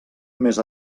més